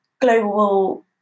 global